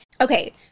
Okay